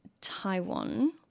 Taiwan